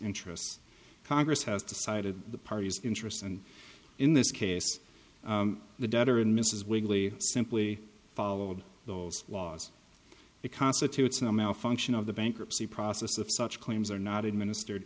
interests congress has decided the party's interests and in this case the debtor and mrs wigley simply followed those laws the constitutes a malfunction of the bankruptcy process of such claims are not administered